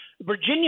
Virginia